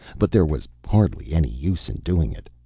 but there was hardly any use in doing it.